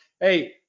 Hey